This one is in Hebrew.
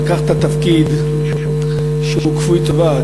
לקחת תפקיד שהוא כפוי טובה,